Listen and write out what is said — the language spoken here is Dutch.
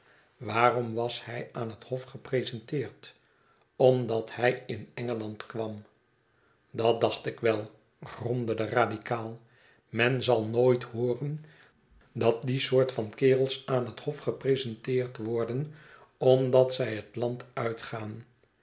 waarom was hy aan het hof gepresenteerd omdat hij in engeland kwam dat dacht ik wel gromde de radikaal men zal nooit hooren dat die soort van keschetsen van boz h rels aan het hof gepresenteerd worden omdat zij het land uitgaan